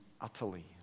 utterly